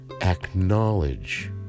acknowledge